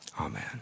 Amen